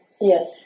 yes